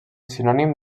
sinònim